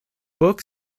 book